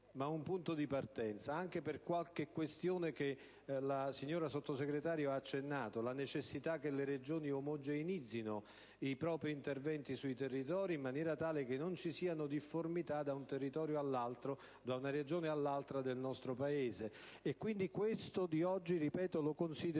ma un punto di partenza, anche per qualche questione che la Sottosegretario ha accennato, relativamente alla necessità che le Regioni omogeneizzino i propri interventi sui territori in maniera tale che non ci siano difformità da un territorio all'altro e da una Regione all'altra del nostro Paese. Non è un punto di arrivo, quello